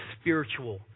spiritual